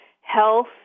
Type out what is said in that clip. health